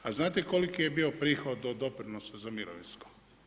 A znate koliki je bio prihod od doprinosa za mirovinskog?